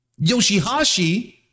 Yoshihashi